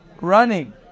running